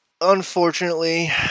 unfortunately